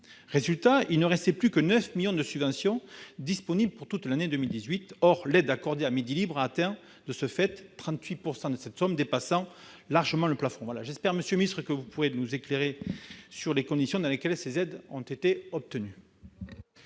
Résultat, il ne restait plus que 9 millions d'euros de subventions disponibles pour toute l'année. L'aide accordée à Midi Libre atteint ... 38 % de cette somme, dépassant largement le plafond ! Monsieur le ministre, j'espère que vous pourrez nous éclairer sur les conditions dans lesquelles ces aides ont été obtenues.